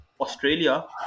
Australia